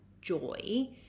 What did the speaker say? joy